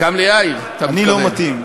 אני לא מתאים.